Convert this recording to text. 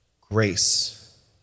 grace